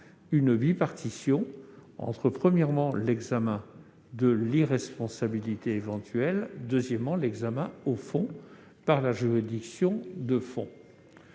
une bipartition entre, premièrement, l'examen de l'irresponsabilité éventuelle, et, deuxièmement, l'examen au fond par la juridiction du fond,